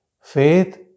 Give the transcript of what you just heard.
Faith